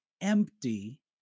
empty